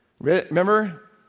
Remember